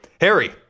Harry